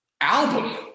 album